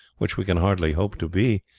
which we can hardly hope to be,